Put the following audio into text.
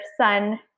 son